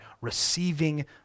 receiving